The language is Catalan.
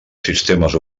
sistemes